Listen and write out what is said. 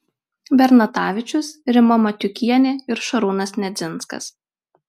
bernatavičius rima matiukienė ir šarūnas nedzinskas